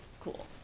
Cool